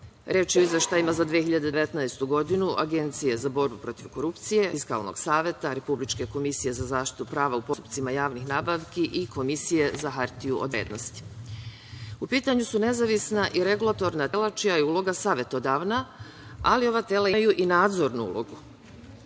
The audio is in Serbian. je o izveštajima za 2019. godinu Agencije za borbu protiv korupcije, Fiskalnog saveta, Republičke komisije za zaštitu prava u postupcima javnih nabavki i Komisije za hartiju od vrednosti.U pitanju su nezavisna i regulatorna tela čija je uloga savetodavna, ali ova tela imaju i nadzornu ulogu.